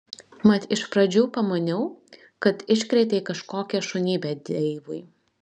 mat iš pradžių pamaniau kad iškrėtei kažkokią šunybę deivui